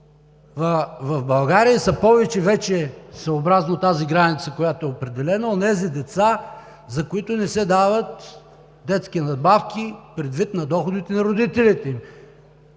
в България вече са повече, съобразно тази граница, която е определена, онези деца, за които не се дават детски надбавки предвид доходите на родителите им!